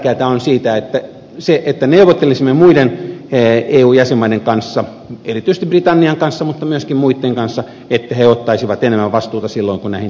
ja tärkeätä on se että neuvottelisimme muiden eu jäsenmaiden kanssa erityisesti britannian kanssa mutta myöskin muitten kanssa että he ottaisivat enemmän vastuuta silloin kun näihin toimenpiteisiin pitää ryhtyä